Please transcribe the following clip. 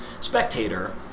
spectator